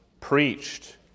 preached